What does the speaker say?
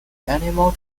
animal